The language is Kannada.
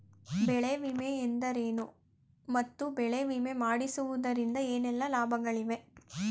ಬೆಳೆ ವಿಮೆ ಎಂದರೇನು ಮತ್ತು ಬೆಳೆ ವಿಮೆ ಮಾಡಿಸುವುದರಿಂದ ಏನೆಲ್ಲಾ ಲಾಭಗಳಿವೆ?